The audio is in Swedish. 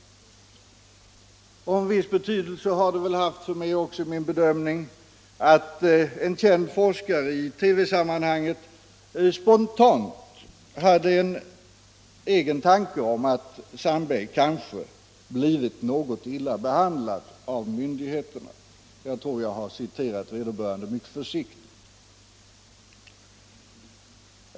Och en viss betydelse har det väl också haft för min bedömning att en känd forskare i TV sammanhanget spontant hade en egen fundering om att Sandberg kanske blivit något illa behandlad av myndigheterna. Jag tror att jag har refererat vederbörande mycket försiktigt.